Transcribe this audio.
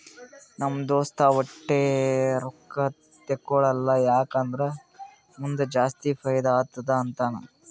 ನಮ್ ದೋಸ್ತ ವಟ್ಟೆ ರೊಕ್ಕಾ ತೇಕೊಳಲ್ಲ ಯಾಕ್ ಅಂದುರ್ ಮುಂದ್ ಜಾಸ್ತಿ ಫೈದಾ ಆತ್ತುದ ಅಂತಾನ್